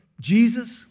Jesus